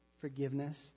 forgiveness